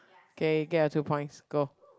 K get a two points go